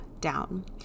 down